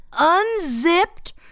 unzipped